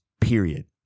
period